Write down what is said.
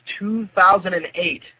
2008